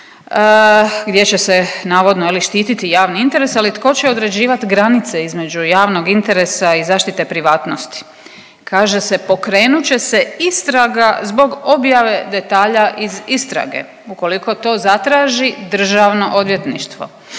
gdje će se navodno je li štititi javni interes, ali tko će određivat granice između javnog interesa i zaštite privatnosti? Kaže se: „Pokrenut će se istraga zbog objave detalja iz istrage ukoliko to zatraži Državno odvjetništvo.“